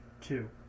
two